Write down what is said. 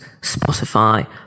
Spotify